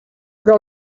però